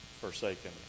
forsaken